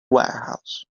warehouse